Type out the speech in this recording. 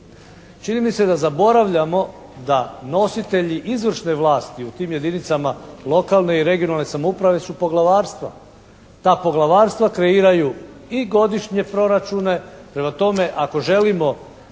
Čini mi se da zaboravljamo da nositelji izvršne vlasti u tim jedinicama lokalne i regionalne samouprave su poglavarstva. Ta poglavarstva kreiraju i godišnje proračune. Prema tome ako želimo